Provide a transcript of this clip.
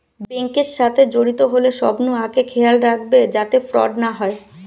bank এর সাথে জড়িত হলে সবনু আগে খেয়াল রাখবে যাতে ফ্রড না হয়